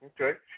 Okay